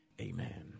amen